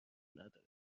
ندارم